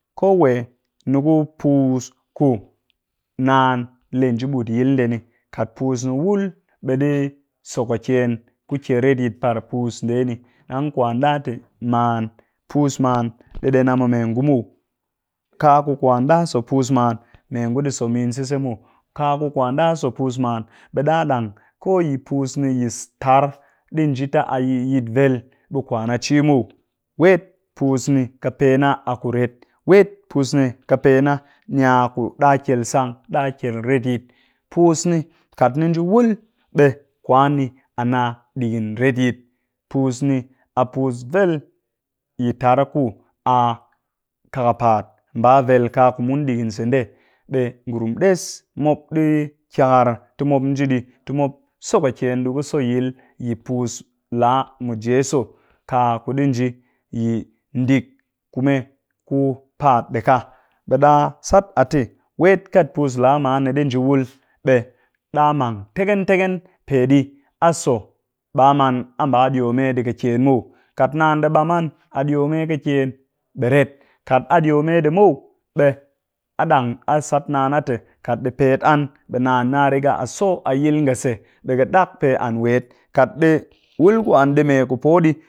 Kowe ni ku puus ku naan lee nji ɓut yil ndee ni, kat puus ni wul ɓe ɗi so kakyen ku kyel retyit par ndee ni, ɗang kwan ɗa te man, puus man ɗi ɗen a mu mee ngu muw, kaku kwan ɗa so puus man mee ngu ɗi so min sise muw, kaku ɗa so puus man ɗa ɗang ko yi puus ni yi tar ɗi nji ta a yit vel ɓe kwa a ci muw, wet puus ni ka pe na ni a kuret, wet puus ni ka pe na ni a ku ɗa kyel sang ɗa retyit, puus ni kat ni nji wul ɓe kwan ni a ɗigin retyit, puus ni a puus vel yi tar ku a kakapaat mba vel ka ku mun ɗigin se ndee, ɓe ngurum ɗes mop ɗi kyakar ti mop nji ɗii ti mop so kakyen ɗii ku yil yi puus laa mɨ jeso, kaku ɗi nji yi dik kume ku paat ɗika ɓe ɗa sat a te wet kat puus laa man ni ɗi nji wul ɓe ɗa mang tigen-tigen peɗi a so ɓa man a ba a diyo mee ɗi kakyen muw kat naan ɗi ɓam an a diyo mee ɗii kakyen ɓe ret, kat a diyo mme ɗi muw ɓe a ɗang a sat naan a te kat ɗi pet an ɓe naan na riga a so a yil nga se. Ɓe ka ɗak pe an wet kat ɗi wul ku an ɗii mee ku poh ɗii